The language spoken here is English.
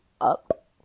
up